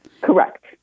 Correct